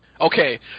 Okay